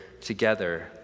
together